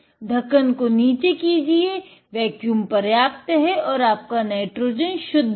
ढक्कन को नीचे कीजिये वेक्यूम पर्याप्त है और आपका नाइट्रोजन शुद्ध है